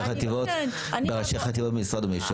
ראשי חטיבות, ראשי חטיבות ממשרד או מישהו.